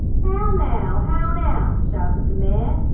how now, how now shouted the mayor.